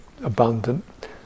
abundant